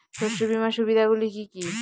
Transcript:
শস্য বীমার সুবিধা গুলি কি কি?